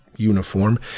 uniform